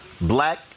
black